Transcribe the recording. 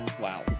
Wow